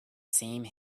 same